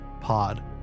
pod